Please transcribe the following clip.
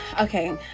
Okay